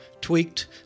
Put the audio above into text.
tweaked